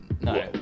No